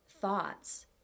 thoughts